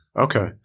Okay